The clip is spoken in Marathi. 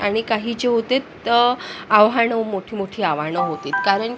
आणि काही जे होते आव्हानं मोठीमोठी आव्हानं होती